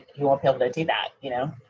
you won't help them do that. you know,